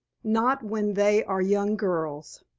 not when they are young girls